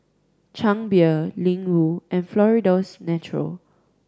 Chang Beer Ling Wu and Florida's Natural